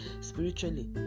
spiritually